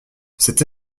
cette